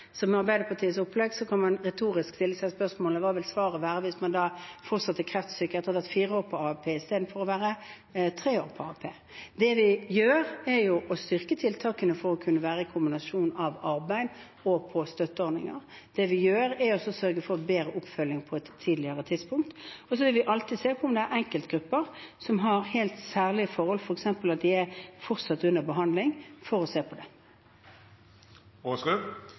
Med Arbeiderpartiets opplegg kan man retorisk stille seg spørsmålet: Hva vil svaret være hvis man fortsatt er kreftsyk etter å ha vært fire år på AAP istedenfor å ha vært tre år på AAP? Det vi gjør, er å styrke tiltakene for å kunne være i en kombinasjon av arbeid og på støtteordninger. Det vi gjør, er å sørge for bedre oppfølging på et tidligere tidspunkt. Men så vil vi alltid se på om det er enkeltgrupper som har helt særlige forhold, f.eks. at de fortsatt er under behandling, for å se på